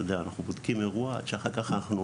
אתה יודע אנחנו בודקים את האירוע שאחר כך אנחנו